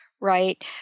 right